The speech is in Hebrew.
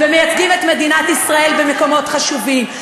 ומייצגים את מדינת ישראל במקומות חשובים,